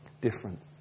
different